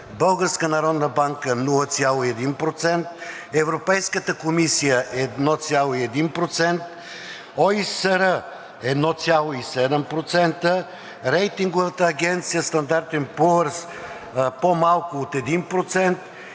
Българската народна банка – 0,1%, Европейската комисия – 1,1%, ОИСР – 1,7%, Рейтинговата агенция „Стандарт енд Пуърс“ – по малко от 1%,